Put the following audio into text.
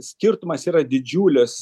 skirtumas yra didžiulis